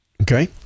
Okay